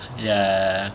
ya ya ya